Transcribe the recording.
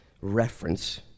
reference